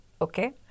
Okay